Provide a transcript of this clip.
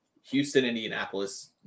Houston-Indianapolis